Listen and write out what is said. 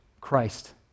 Christ